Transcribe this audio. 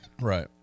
right